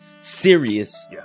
serious